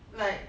like